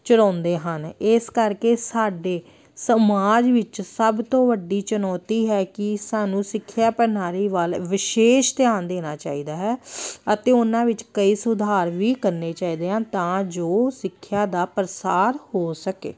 ਚੁਰਾਉਂਦੇ ਹਨ ਇਸ ਕਰਕੇ ਸਾਡੇ ਸਮਾਜ ਵਿੱਚ ਸਭ ਤੋਂ ਵੱਡੀ ਚੁਣੌਤੀ ਹੈ ਕਿ ਸਾਨੂੰ ਸਿੱਖਿਆ ਪ੍ਰਣਾਲੀ ਵੱਲ ਵਿਸ਼ੇਸ਼ ਧਿਆਨ ਦੇਣਾ ਚਾਹੀਦਾ ਹੈ ਅਤੇ ਉਹਨਾਂ ਵਿੱਚ ਕਈ ਸੁਧਾਰ ਵੀ ਕਰਨੇ ਚਾਹੀਦੇ ਹਨ ਤਾਂ ਜੋ ਸਿੱਖਿਆ ਦਾ ਪ੍ਰਸਾਰ ਹੋ ਸਕੇ